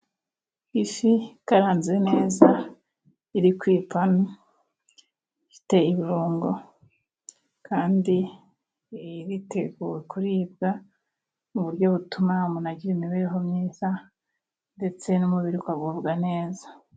Ifi ikaranze neza, iri ku ipanu, ifite ibirungo, kandi iteguriwe kuribwa, mu buryo butuma umuntu agira imibereho myiza, ndetse n'umubiri ukagubwa neza.